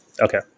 Okay